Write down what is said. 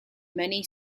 many